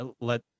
let